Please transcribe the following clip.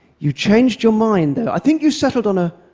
you changed your mind there. i think you settled on a